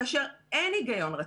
כאשר אין הגיון רציף,